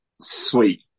Sweet